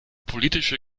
politische